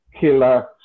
killer